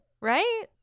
right